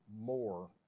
more